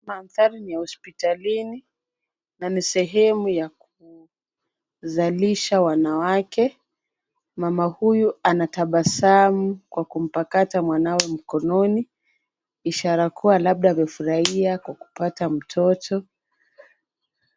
Mandhari ninya hospitalini na ni sehemu ya kuzalisha wanawake. Mama huyu anatabasamu kwa mpakata mwanawe mkononi ishara kuwa labda amefurahia kwa kupata mtoto.